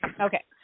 Okay